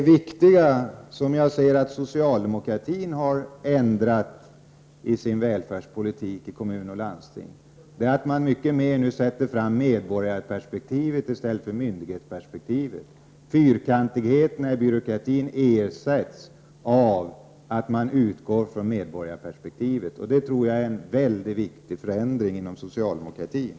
Den viktiga förändringen i socialdemokraternas välfärdspolitik i kommuner och landsting är att man i mycket större utsträckning nu sätter medborgarperspektivet främst i stället för myndighetsperspektivet. Fyrkantigheten i byråkratin ersätts, och man utgår från medborgarperspektivet. Det är en mycket viktig förändring inom socialdemokratin.